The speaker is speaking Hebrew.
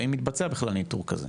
האם מתבצע בכלל ניטור כזה?